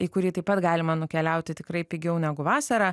į kurį taip pat galima nukeliauti tikrai pigiau negu vasarą